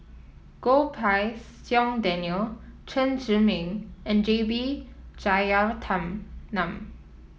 Goh Pei Siong Daniel Chen Zhiming and J B nun